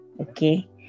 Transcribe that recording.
Okay